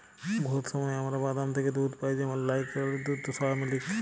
বহুত সময় আমরা বাদাম থ্যাকে দুহুদ পাই যেমল লাইরকেলের দুহুদ, সয়ামিলিক